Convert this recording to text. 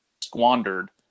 squandered